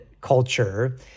culture